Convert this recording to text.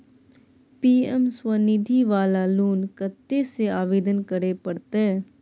PM Svanidhi वाला loan कत्ते से आवेदन करे परतै?